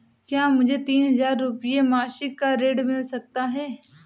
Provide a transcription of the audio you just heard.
क्या मुझे तीन हज़ार रूपये मासिक का ऋण मिल सकता है?